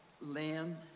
Lynn